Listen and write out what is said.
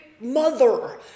mother